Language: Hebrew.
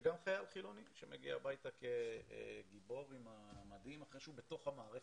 וגם חייל חילוני שמגיע הביתה כגיבור עם המדים אחרי שהוא בתוך המערכת.